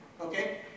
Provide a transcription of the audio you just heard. Okay